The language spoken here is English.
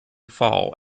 fall